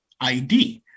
ID